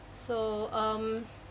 so um